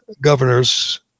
governors